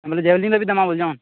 ବେଲେ ଜେଭଲିନ୍ରେ ବି ଦେମା ବଲୁଚନ୍